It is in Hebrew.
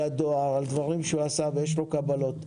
על הדואר, על דברים שהוא עשה ויש לו קבלות.